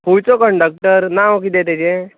खुंयचो conductor नांव कितें तेचें